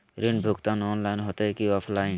ऋण भुगतान ऑनलाइन होते की ऑफलाइन?